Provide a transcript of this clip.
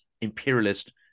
imperialist